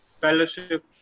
fellowship